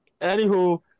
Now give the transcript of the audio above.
anywho